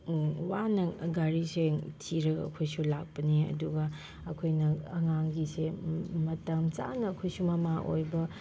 ꯋꯥꯅ ꯒꯥꯔꯤꯁꯦ ꯊꯤꯔꯒ ꯑꯩꯈꯣꯏꯁꯨ ꯂꯥꯛꯄꯅꯤ ꯑꯗꯨꯒ ꯑꯩꯈꯣꯏꯅ ꯑꯉꯥꯡꯒꯤꯁꯦ ꯃꯇꯝ ꯆꯥꯅ ꯑꯩꯈꯣꯏꯁꯨ ꯃꯃꯥ ꯑꯣꯏꯕ